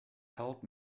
held